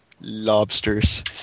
Lobsters